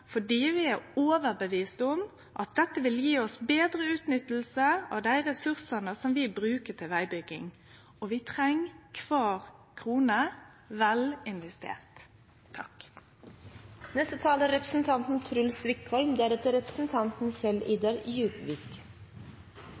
fordi vi er overtydde om at dette vil gje oss betre utnytting av dei ressursane vi bruker til vegbygging. Og vi treng kvar krone